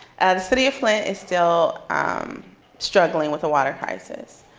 and the city of flint is still um struggling with the water crisis.